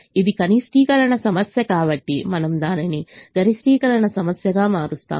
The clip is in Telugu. ఇది కనిష్టీకరణ సమస్య కాబట్టి మనము దానిని గరిష్టీకరణ సమస్యగా మారుస్తాము